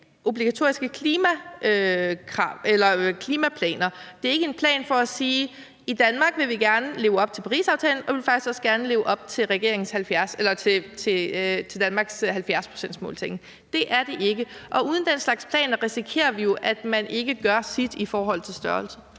obligatoriske klimaplaner, der er ikke en plan i forhold til at sige, at vi i Danmark gerne vil leve op til Parisaftalen, og at vi faktisk også gerne vil leve op til Danmarks 70-procentsmålsætning. Det er det ikke, og uden den slags planer risikerer vi jo, at man ikke gør sit i forhold til størrelsen.